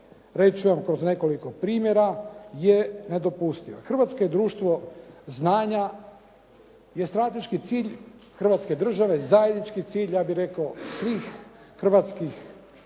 ću vam kroz nekoliko primjera je nedopustivo. Hrvatska je društvo znanja gdje je strateški cilj Hrvatske države zajednički cilj, ja bih rekao svih Hrvatskih